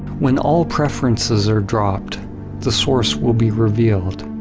when all preferences are dropped the source will be revealed,